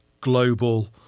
global